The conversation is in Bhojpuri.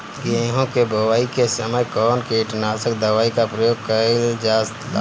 गेहूं के बोआई के समय कवन किटनाशक दवाई का प्रयोग कइल जा ला?